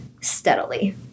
steadily